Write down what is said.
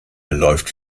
läuft